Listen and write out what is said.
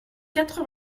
quatre